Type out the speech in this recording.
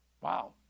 Wow